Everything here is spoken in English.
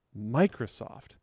Microsoft